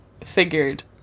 figured